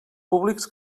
públics